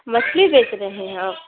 مچھلی بیچ رہے ہیں آپ